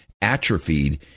atrophied